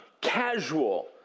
casual